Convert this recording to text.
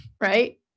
right